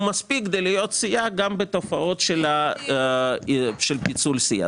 הוא מספיק כדי להיות סיעה גם בתופעות של פיצול סיעה.